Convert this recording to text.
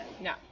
no